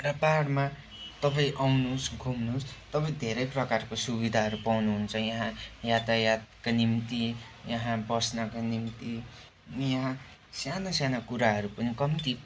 र पाहाडमा तपाईँ आउनुहोस् घुम्नुहोस् तपाईँ धेरै प्रकारको सुविधाहरू पाउनुहुन्छ यहाँ यातायातको निम्ति यहाँ बस्नको निम्ति यहाँ साना साना कुराहरू पनि कम्ती